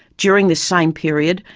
during this same period,